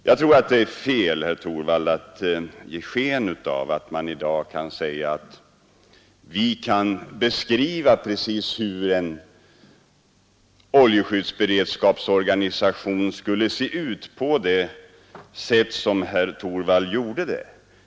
Jag tycker att det är fel, herr Torwald, att ge sken av att vi i dag på det enkla sätt som herr Torwald beskrev skulle kunna få tillgång till en bra oljeskyddsberedskapsorganisation.